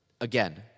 Again